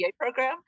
program